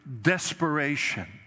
desperation